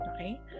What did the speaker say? okay